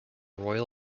royal